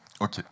OK